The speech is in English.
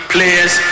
players